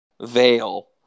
veil